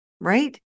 right